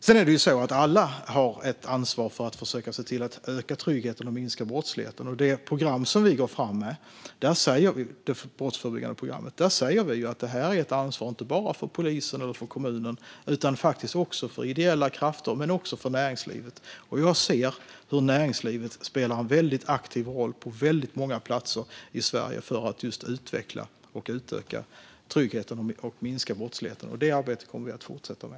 Sedan är det ju så att alla har ett ansvar för att försöka se till att öka tryggheten och minska brottsligheten. I det brottsförebyggande program som vi går fram med säger vi att detta är ett ansvar inte bara för polisen eller för kommunen utan faktiskt också för ideella krafter och för näringslivet. Jag ser hur näringslivet spelar en väldigt aktiv roll på väldigt många platser i Sverige för att just utveckla och utöka tryggheten och minska brottsligheten. Det arbetet kommer vi att fortsätta med.